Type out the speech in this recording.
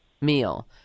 meal